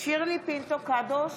שירלי פינטו קדוש,